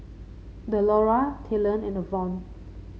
Delora Talen and Avon